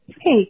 hey